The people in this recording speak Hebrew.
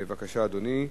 בבקשה, אדוני,